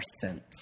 sent